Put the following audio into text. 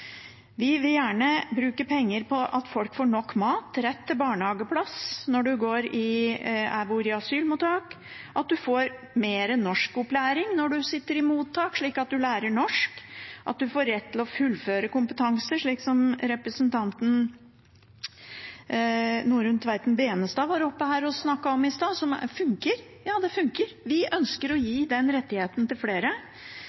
Vi vil gjerne bruke penger på at folk får nok mat, rett til barnehageplass når en bor i asylmottak, at en får mer norskopplæring når en sitter i mottak, slik at en lærer norsk, og at en får rett til å fullføre kompetanse, slik som representanten Norunn Tveiten Benestad var oppe her og snakket om i stad, som funker. Ja, det funker. Vi ønsker å